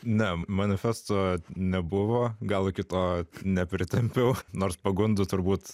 ne manifesto nebuvo gal iki to nepritempiau nors pagundų turbūt